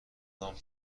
لامپ